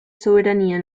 soberanía